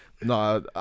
no